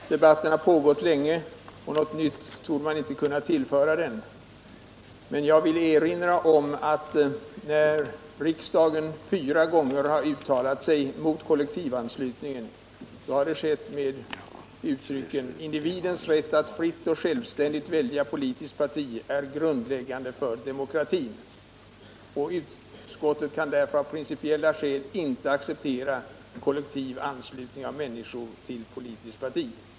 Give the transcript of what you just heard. Herr talman! Debatten har pågått länge, och något nytt torde inte kunna tillföras den. Jag vill endast erinra om att när riksdagen fyra gånger har uttalat sig mot kollektivanslutningen har det skett med uttrycken: ”Individens rätt att fritt och självständigt välja politiskt parti är grundläggande för demokratin. Utskottet kan därför av principiella skäl inte acceptera kollektiv anslutning av människor till politiskt parti.